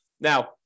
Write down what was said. Now